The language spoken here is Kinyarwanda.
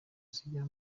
zijya